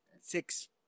Six